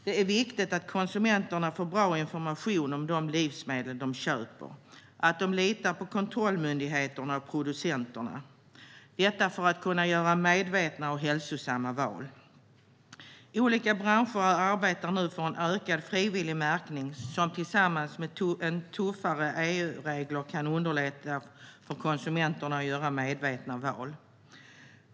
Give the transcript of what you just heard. Det är viktigt att konsumenterna får bra information om de livsmedel de köper och att de litar på kontrollmyndigheterna och producenterna - detta för att kunna göra medvetna och hälsosamma val. Olika branscher arbetar nu för en ökad frivillig märkning som tillsammans med tuffare EU-regler kan underlätta för konsumenterna att göra medvetna val.